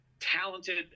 talented